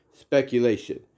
speculation